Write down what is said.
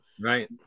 Right